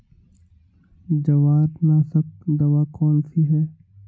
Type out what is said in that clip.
जवारनाशक दवा कौन सी है?